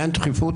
לתומי,